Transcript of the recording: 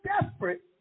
desperate